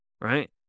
Right